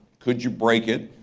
could you break it?